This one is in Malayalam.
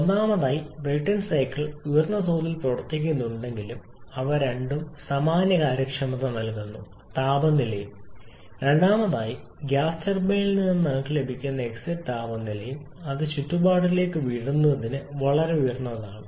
ഒന്നാമതായി ബ്രൈറ്റൺ സൈക്കിൾ ഉയർന്ന തോതിൽ പ്രവർത്തിക്കുന്നുണ്ടെങ്കിലും ഇവ രണ്ടും സമാനമായ കാര്യക്ഷമത നൽകുന്നു താപനിലയും രണ്ടാമതായി ഗ്യാസ് ടർബൈനിൽ നിന്ന് നിങ്ങൾക്ക് ലഭിക്കുന്ന എക്സിറ്റ് താപനിലയും അത് ചുറ്റുപാടിലേക്ക് വിടുന്നതിന് വളരെ ഉയർന്നതാണ്